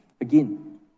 again